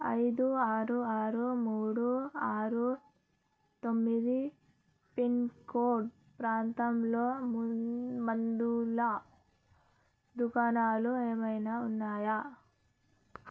ఐదు ఆరు ఆరు మూడు ఆరు తొమ్మిది పిన్ కోడ్ ప్రాంతంలో మున్ మందూల దుకాణాలు ఏమైనా ఉన్నాయా